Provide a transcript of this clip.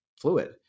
fluid